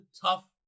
tough